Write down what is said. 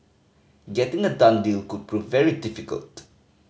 getting a done deal could prove very difficult